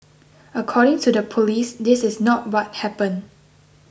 according to the police this is not what happened